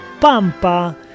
pampa